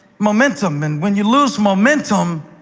momentum. and when you lose momentum,